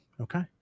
okay